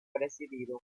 presidido